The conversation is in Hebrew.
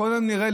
ככל הנראה,